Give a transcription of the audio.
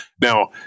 now